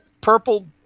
purple